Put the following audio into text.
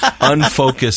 Unfocused